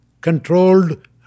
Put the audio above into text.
controlled